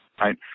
right